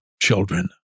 children